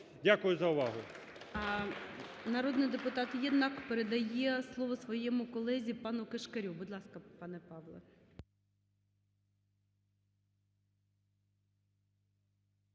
Дякую за увагу.